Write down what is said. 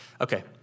Okay